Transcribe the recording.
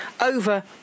over